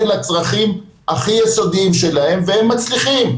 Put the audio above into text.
לצרכים הכי יסודיים שלהם והם מצליחים.